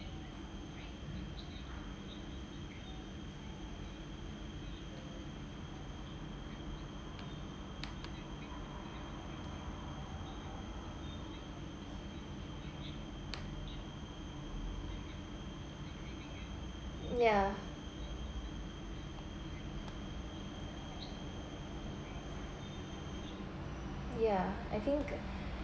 ya ya I think